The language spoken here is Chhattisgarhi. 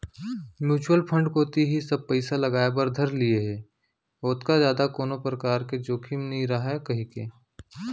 म्युचुअल फंड कोती ही सब पइसा लगाय बर धर लिये हें ओतका जादा कोनो परकार के जोखिम नइ राहय कहिके